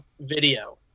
video